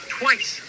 twice